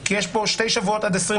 כי יש שני שבועות עד 24,